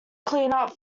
cleanup